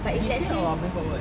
but if let's say